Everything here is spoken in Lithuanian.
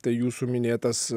tai jūsų minėtas